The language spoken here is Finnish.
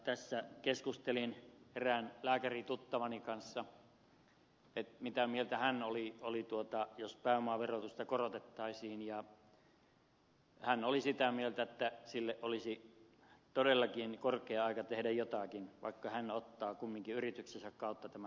tässä keskustelin erään lääkärituttavani kanssa mitä mieltä hän olisi jos pääomaverotusta korotettaisiin ja hän oli sitä mieltä että sille olisi todellakin korkea aika tehdä jotakin vaikka hän ottaa kumminkin yrityksensä kautta tämän pääomaveron